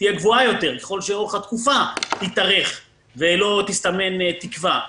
תהיה גבוהה יותר ככל שאורך התקופה יתארך ולא תסתמן תקווה.